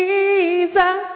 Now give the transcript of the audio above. Jesus